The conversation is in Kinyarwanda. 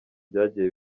byagiye